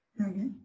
Okay